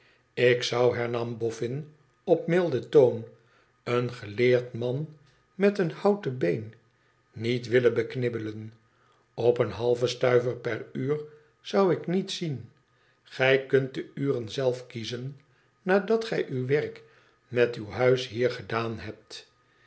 ik zou hernam boffin op milden toon een geleerd man met een houten been niet willen beknibbelen op een halven stuiver per uur zou ik niet zien gij kunt de uren zelf kiezen nadat gij uw werk met uw huis hier gedaan hebt